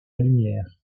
lumière